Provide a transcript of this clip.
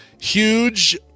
huge